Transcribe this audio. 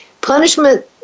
Punishment